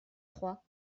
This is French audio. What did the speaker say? trois